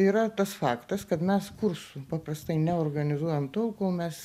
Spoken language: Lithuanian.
yra tas faktas kad mes kursų paprastai neorganizuojam tol kol mes